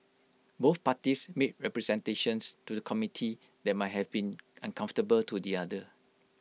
both parties made representations to the committee that might have been uncomfortable to the other